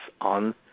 on